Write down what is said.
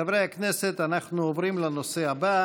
חברי הכנסת, אנחנו עוברים לנושא הבא.